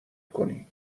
کنی